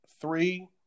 three